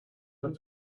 like